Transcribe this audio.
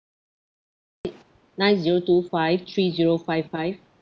nine zero two five three zero five five